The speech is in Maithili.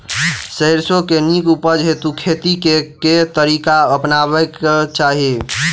सैरसो केँ नीक उपज हेतु खेती केँ केँ तरीका अपनेबाक चाहि?